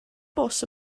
bws